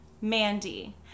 Mandy